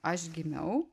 aš gimiau